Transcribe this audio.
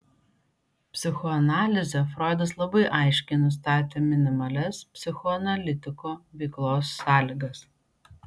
psichoanalize froidas labai aiškiai nustatė minimalias psichoanalitiko veiklos sąlygas